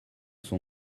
son